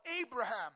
Abraham